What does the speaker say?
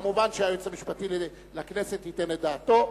מובן שהיועץ המשפטי לכנסת ייתן את דעתו.